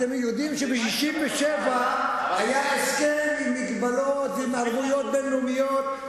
אתם יודעים שב-1967 היה הסכם עם מגבלות ועם ערבויות בין-לאומיות,